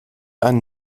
einen